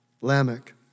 Lamech